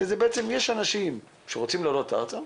זה בעצם יש אנשים שרוצים לעלות ארצה,